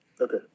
Okay